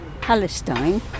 Palestine